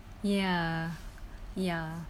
ya ya